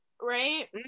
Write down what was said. right